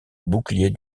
bouclier